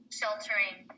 sheltering